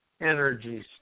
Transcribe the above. energies